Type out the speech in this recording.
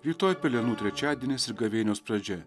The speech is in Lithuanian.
rytoj pelenų trečiadienis ir gavėnios pradžia